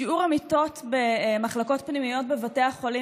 שיעור המיטות במחלקות פנימיות בבתי החולים